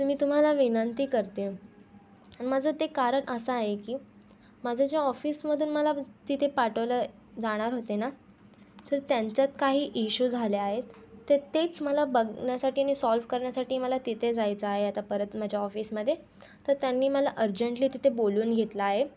तर मी तुम्हाला विनंती करते माझं ते कारण असं आहे की माझं जे ऑफिसमधून मला जिथे पाठवलं आहे जाणार होते ना तर त्यांच्यात काही इशू झाले आहेत तर तेच मला बघण्यासाठी नि सॉल्व करण्यासाठी मला तिथे जायचं आहे आता परत माझ्या ऑफिसमध्ये तर त्यांनी मला अर्जंटली तिथे बोलवून घेतलं आहे